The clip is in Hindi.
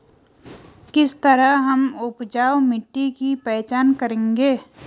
किस तरह हम उपजाऊ मिट्टी की पहचान करेंगे?